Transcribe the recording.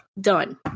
Done